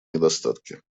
недостатки